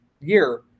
year